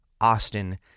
Austin